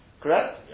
Correct